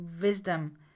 wisdom